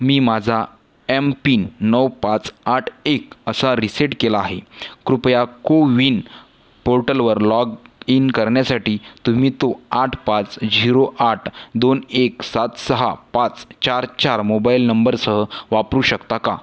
मी माझा एमपिन नऊ पाच आठ एक असा रीसेट केला आहे कृपया कोविन पोर्टलवर लॉग इन करण्यासाठी तुम्ही तो आठ पाच झिरो आठ दोन एक सात सहा पाच चार चार मोबाइल नंबरसह वापरू शकता का